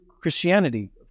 Christianity